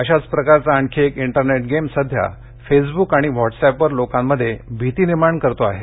अशाच प्रकारचा आणखी एक इंटरनेट गेम सध्या फेसव्क आणि व्हॉटस्अॅपवर लोकांमध्ये भीती निर्माण करतो आहे